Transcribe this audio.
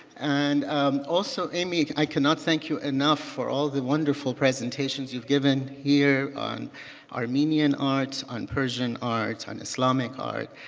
and also amy, i cannot thank you enough for all the wonderful presentations you've given here on armenian art, on persian art, on islamic art.